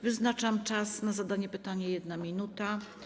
Wyznaczam czas na zadanie pytania - 1 minuta.